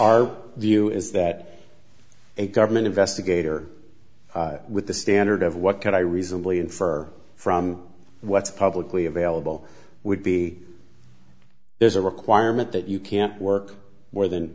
our view is that a government investigator with the standard of what could i reasonably infer from what's publicly available would be there's a requirement that you can't work more than